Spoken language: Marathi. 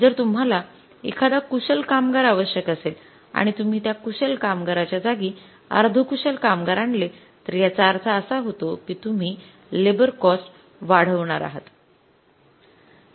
जर तुम्हाला एखादा कुशल कामगार आवश्यक असेल आणि तुम्ही त्या कुशल कामगार जागी अर्धकुशल कामगार आणले तर याचा अर्थ असा होतो की तुम्ही लेबर कॉस्ट वाढवणार आहात